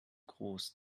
groß